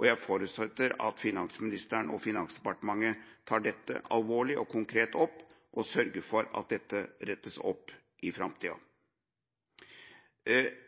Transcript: Jeg forutsetter at finansministeren og Finansdepartementet tar dette alvorlig og konkret opp, og sørger for at det rettes opp i framtida.